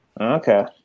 Okay